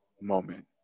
moment